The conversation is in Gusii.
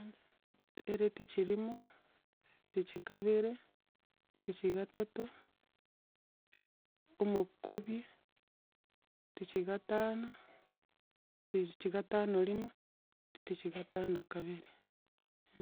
Eritichi erimo, eritichi kabere, eritichi kagatato, omokobia, eritichi gatano eritichi gatano erimo, eritichi gatano kabere, eh.